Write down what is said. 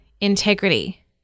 integrity